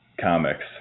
comics